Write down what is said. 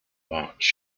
march